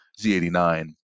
Z89